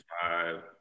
five